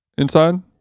Inside